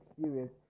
experience